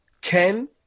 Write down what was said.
Ken